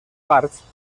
parts